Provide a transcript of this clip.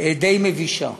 די מבישה.